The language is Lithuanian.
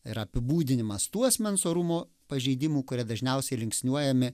ir apibūdinimas tų asmens orumo pažeidimų kurie dažniausiai linksniuojami